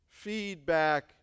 feedback